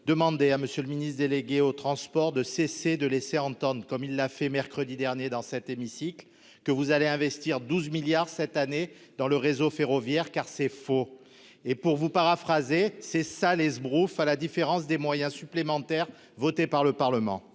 demander à monsieur le ministre délégué aux Transports de cesser de laisser entendre, comme il l'a fait, mercredi dernier, dans cet hémicycle que vous allez investir 12 milliards cette année dans le réseau ferroviaire car c'est faux et pour vous paraphraser c'est ça l'esbroufe, à la différence des moyens supplémentaires votée par le Parlement,